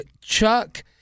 Chuck